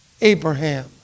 Abraham